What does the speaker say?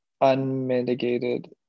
unmitigated